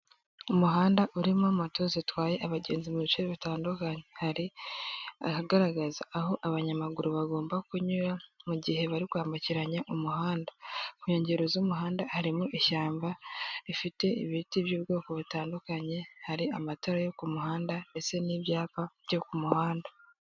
Umuhanda urimo moto zitwaye abagenzi mu bice bitandukanye hari ahagaragara aho abanyamaguru bagomba kunyura mu gihe bari kwambukiranya umuhanda ku nkengero z'umuhanda harimo ishyamba rifite ibiti by'ubwoko butandukanye hari amatara yo ku muhanda ndetse n'ibyapa byo ku muhanda .